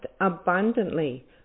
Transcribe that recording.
abundantly